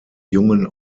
jungen